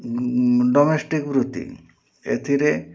domestic ବୃତ୍ତି ଏଥିରେ